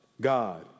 God